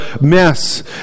mess